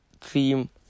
theme